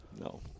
No